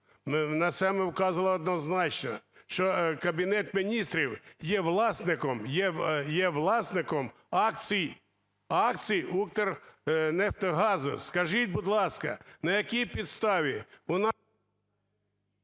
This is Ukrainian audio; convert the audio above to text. На це ми вказували однозначно, що Кабінет Міністрів є власником акцій "Укрнафтогазу"! Скажіть, будь ласка, на якій підставі…